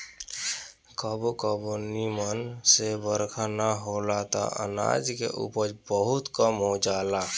कबो कबो निमन से बरखा ना होला त अनाज के उपज बहुते कम हो जाला